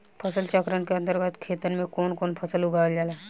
फसल चक्रण के अंतर्गत खेतन में कवन कवन फसल उगावल जाला?